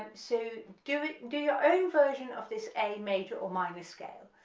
um so do it do your own version of this a major or minor scale.